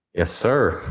yes, sir.